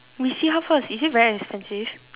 we see how first is it very expensive